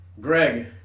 Greg